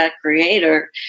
creator